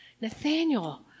Nathaniel